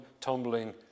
tumbling